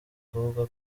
kuvuga